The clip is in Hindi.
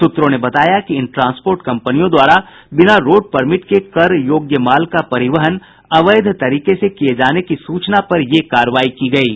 सूत्रों ने बताया कि इन ट्रांसपोर्ट कंपनियों द्वारा बिना रोड परमिट के कर योग्य माल का परिवहन अवैध तरीके से किये जाने की सूचना पर यह कार्रवाई की गयी है